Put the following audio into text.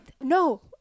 No